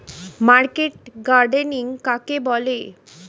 Market gardening কাকে বলে?